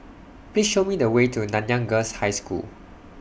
Please Show Me The Way to Nanyang Girls' High School